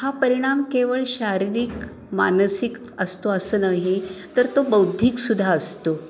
हा परिणाम केवळ शारीरिक मानसिक असतो असं नाही तर तो बौद्धिकसुद्धा असतो